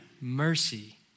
mercy